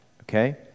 okay